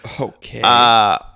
Okay